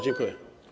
Dziękuję.